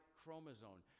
chromosome